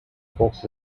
folk